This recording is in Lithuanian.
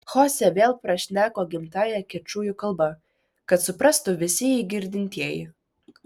chosė vėl prašneko gimtąja kečujų kalba kad suprastų visi jį girdintieji